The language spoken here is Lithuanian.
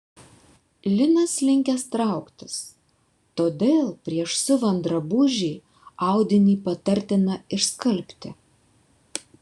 linas linkęs trauktis todėl prieš siuvant drabužį audinį patartina išskalbti